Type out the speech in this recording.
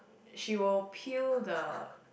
she will peel the